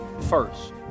first